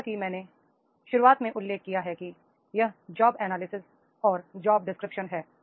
जैसा कि मैंने शुरुआत में उल्लेख किया है कि यह जॉब एनालिसिस और जॉबडिस्क्रिप्शन है